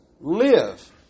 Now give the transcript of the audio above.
live